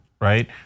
right